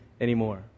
anymore